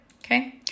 okay